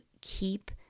keep